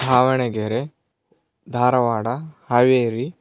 Davanagere Dharwad Haveri